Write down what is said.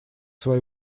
свою